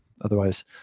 Otherwise